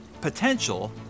potential